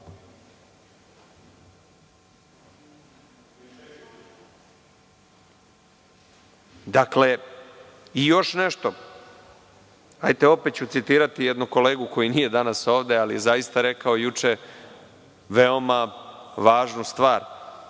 godine. Još nešto, hajde, opet ću citirati jednog kolegu koji nije danas ovde, ali zaista je rekao juče veoma važnu stvar.